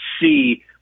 see